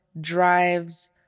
drives